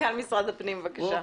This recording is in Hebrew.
מנכ"ל משרד הפנים, בבקשה.